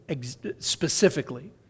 specifically